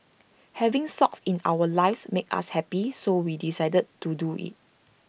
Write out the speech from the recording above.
having socks in our lives makes us happy so we decided to do IT